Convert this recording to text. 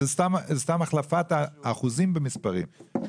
זה סתם החלפת האחוזים במספרים.